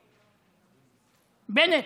בנט.